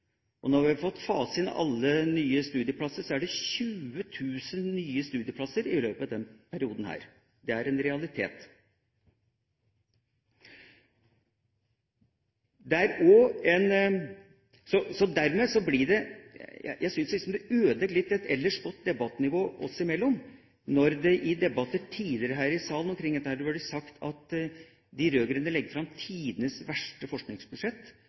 Når vi har fått faset inn alle nye studieplasser, er det 20 000 nye studieplasser i løpet av den perioden. Det er en realitet. Jeg syns det ødelegger – litt – et ellers godt debattnivå oss imellom når det i debatter tidligere her i salen omkring dette blir sagt at de rød-grønne legger fram tidenes verste forskningsbudsjett,